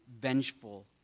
vengeful